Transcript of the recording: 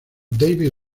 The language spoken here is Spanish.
david